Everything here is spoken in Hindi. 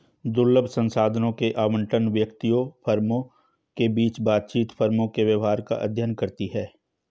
दुर्लभ संसाधनों के आवंटन, व्यक्तियों, फर्मों के बीच बातचीत, फर्मों के व्यवहार का अध्ययन करती है